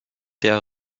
der